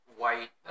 white